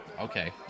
okay